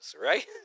right